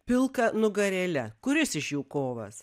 pilka nugarėle kuris iš jų kovas